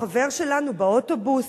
החבר שלנו באוטובוס,